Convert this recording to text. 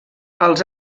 als